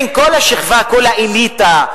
כל השכבה, כל האליטה,